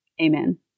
Amen